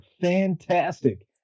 fantastic